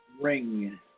Ring